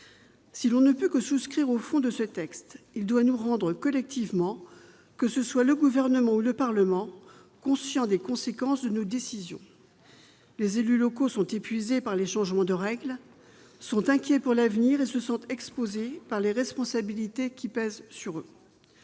Si l'on ne peut que souscrire, sur le fond, à ce texte, celui-ci doit nous rendre collectivement- tant le Gouvernement que le Parlement - conscients des conséquences de nos décisions. Les élus locaux sont épuisés par les changements de règles, ils sont inquiets pour l'avenir et ils se sentent exposés par les responsabilités qui pèsent sur eux.